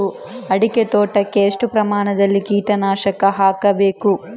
ಅಡಿಕೆ ತೋಟಕ್ಕೆ ಎಷ್ಟು ಪ್ರಮಾಣದಲ್ಲಿ ಕೀಟನಾಶಕ ಹಾಕಬೇಕು?